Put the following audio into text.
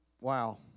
Wow